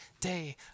day